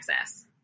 access